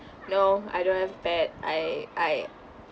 no I don't have a pet I I